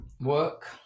Work